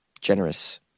generous